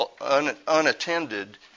unattended